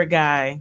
guy